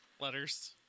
Letters